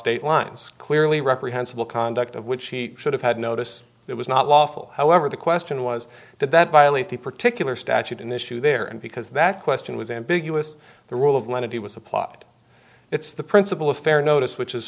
state lines clearly reprehensible conduct of which he should have had notice it was not lawful however the question was did that violate the particular statute an issue there and because that question was ambiguous the rule of lenity was a plot it's the principle of fair notice which is